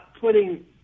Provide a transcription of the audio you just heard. putting